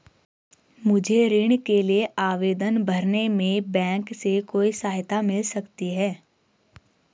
मुझे ऋण के लिए आवेदन भरने में बैंक से कोई सहायता मिल सकती है?